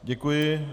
Děkuji.